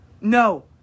no